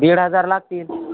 दीड हजार लागतील